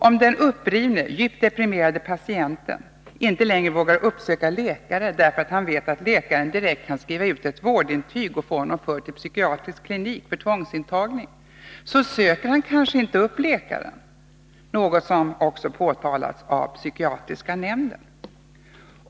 Om den upprivne, djupt deprimerade, patienten inte längre vågar uppsöka läkare därför att han vet att läkaren direkt kan skriva ut ett vårdintyg och få honom förd till psykiatrisk klinik för tvångsintagning söker han kanske inte upp läkaren, något som också har påtalats av psykiatriska nämnden.